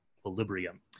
equilibrium